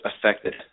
affected